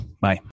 Bye